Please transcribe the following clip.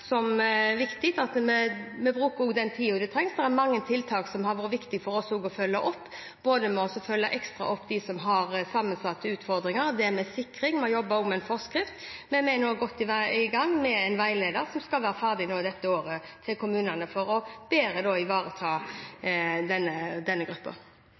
så viktig at vi brukte den tiden vi trengte. Det er mange tiltak som det har vært viktig for oss å følge opp, både det som dreier seg om å følge ekstra godt opp dem som har sammensatte utfordringer, og det med sikring. Vi har også jobbet med en forskrift. Vi er nå godt i gang med å lage en veileder til kommunene, som skal være ferdig i løpet av dette året, for bedre å ivareta denne